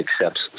accepts